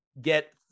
get